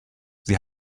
sie